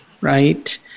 right